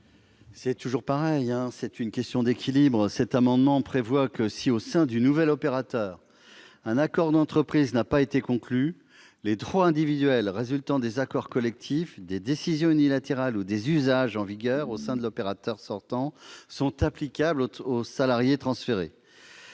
nous sommes face à une question d'équilibre. En vertu de cet amendement, quand, au sein du nouvel opérateur, un accord d'entreprise n'a pas été conclu, les droits individuels résultant des accords collectifs, des décisions unilatérales ou des usages en vigueur au sein de l'opérateur sortant seraient applicables aux salariés transférés.